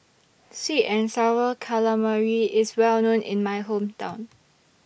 Sweet and Sour Calamari IS Well known in My Hometown